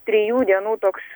trijų dienų toks